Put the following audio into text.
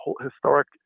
historic